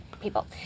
people